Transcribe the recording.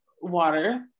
water